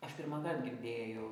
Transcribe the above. aš pirmąkart girdėjau